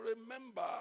remember